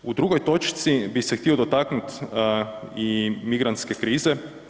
U drugoj točci bi se htio dotaknuti i migrantske krize.